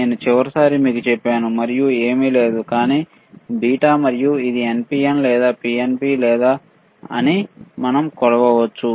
నేను చివరిసారి మీకు చెప్పాను మరియు ఏమీ లేదు కానీ బీటా మరియు ఇది NPN లేదా PNP కాదా అని మనం కొలవవచ్చు